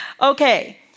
Okay